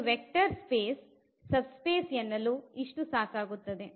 ಒಂದು vector space subspace ಎನ್ನಲು ಇಷ್ಟು ಸಾಕಾಗುತ್ತದೆ